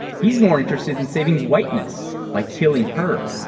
he's more interested in saving whiteness by killing her.